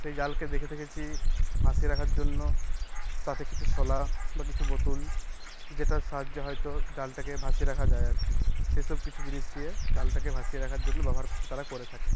সেই জালকে দেখেছি ভাাসিয়ে রাখার জন্য তাতে কিছু শলা বা কিছু বোতল যেটার সাহায্যে হয়তো জালটাকে ভাসিয়ে রাখা যায় আর কি সেসব কিছু জিনিস দিয়ে জালটাকে ভাসিয়ে রাখার জন্য ব্যবহার তারা করে থাকে